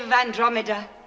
Andromeda